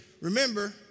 Remember